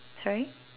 sorry